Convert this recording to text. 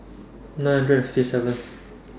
nine hundred and fifty seventh